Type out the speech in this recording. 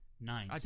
nine